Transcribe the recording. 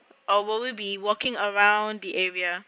or will be walking around the area